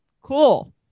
Cool